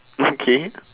okay